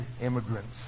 immigrants